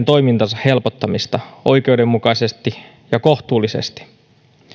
toimintansa helpottamista oikeudenmukaisesti ja kohtuullisesti